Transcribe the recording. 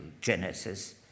genesis